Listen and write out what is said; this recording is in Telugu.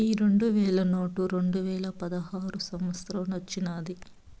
ఈ రెండు వేల నోటు రెండువేల పదహారో సంవత్సరానొచ్చినాది